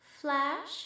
Flash